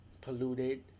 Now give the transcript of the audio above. polluted